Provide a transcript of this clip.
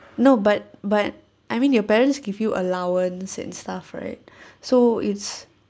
no but but I mean your parents give you allowance and stuff right so it's